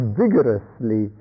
vigorously